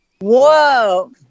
Whoa